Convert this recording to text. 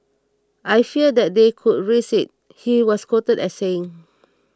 I fear that they could risk it he was quoted as saying